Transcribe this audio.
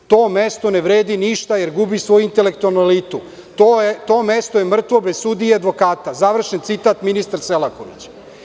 To mesto ne vredi ništa jer gubi svoju intelektualnu elitu, to mesto je mrtvo bez sudije i advokata“, završen citat ministra Selakovića.